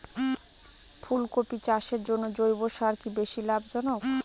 ফুলকপি চাষের জন্য জৈব সার কি বেশী লাভজনক?